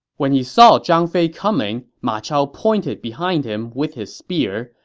when he saw zhang fei coming, ma chao pointed behind him with his spear,